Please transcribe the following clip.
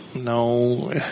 No